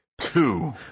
Two